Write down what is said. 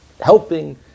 helping